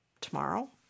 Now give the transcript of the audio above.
tomorrow